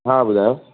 हा ॿुधायो